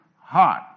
heart